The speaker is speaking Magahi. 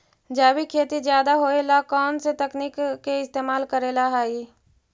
जैविक खेती ज्यादा होये ला कौन से तकनीक के इस्तेमाल करेला हई?